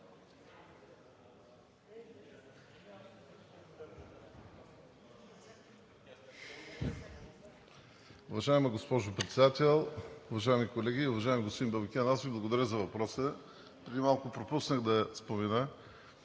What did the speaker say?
Уважаема госпожо Председател, уважаеми колеги! Уважаеми господин Бабикян, аз Ви благодаря за въпроса. Преди малко пропуснах да спомена,